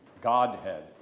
Godhead